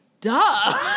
Duh